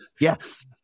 Yes